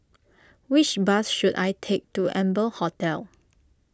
which bus should I take to Amber Hotel